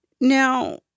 Now